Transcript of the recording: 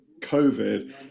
COVID